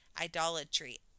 idolatry